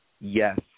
Yes